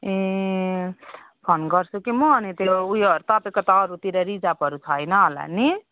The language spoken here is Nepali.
ए फोन गर्छु कि म अनि त्यो ऊ योहरू तपाईँको त अरूतिर रिजर्भहरू छैन होला नि